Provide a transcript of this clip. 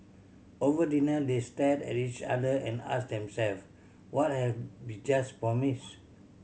over dinner they stared at each other and asked themselves What have we just promised